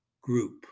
group